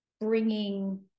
bringing